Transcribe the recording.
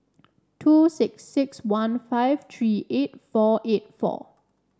two six six one five three eight four eight four